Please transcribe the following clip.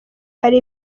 hari